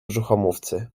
brzuchomówcy